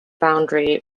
boundary